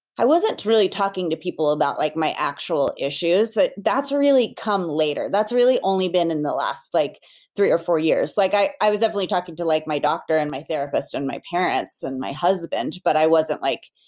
i wasn't really talking to people about like my actual issues. that's really come later. that's really only been in the last like three or four years. like i i was definitely talking to like my doctor and my therapist and my parents and my husband, but i wasn't like